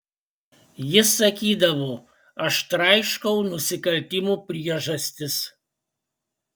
jis sakydavo aš traiškau nusikaltimų priežastis